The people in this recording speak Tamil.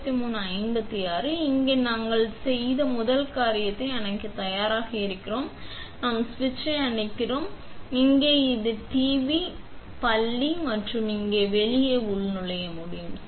இப்போது நாங்கள் செய்ய முதல் காரியத்தை அணைக்க தயாராக இருக்கிறேன் நாம் சுவிட்ச் அணைக்கிறோம் இங்கே நாங்கள் டிவி பள்ளி மற்றும் நாம் இங்கே வெளியே உள்நுழைய முடியும்